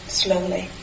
slowly